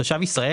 תושב ישראל,